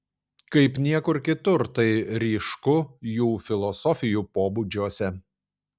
kaip niekur kitur tai ryšku jų filosofijų pobūdžiuose